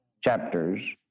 chapters